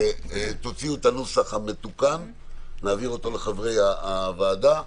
תוציאו את הנוסח המתוקן, נעביר אותו לחברי הוועדה.